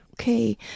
okay